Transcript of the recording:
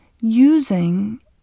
using